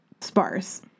sparse